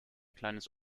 kleines